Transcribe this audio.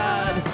God